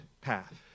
path